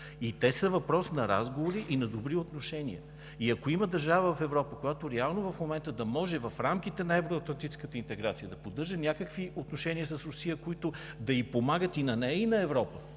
И те са въпрос на разговори и на добри отношения. И ако има държава в Европа, която реално в момента да може в рамките на евроатлантическата интеграция да поддържа някакви отношения с Русия, които да ѝ помагат и на нея, и на Европа,